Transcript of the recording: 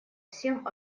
всем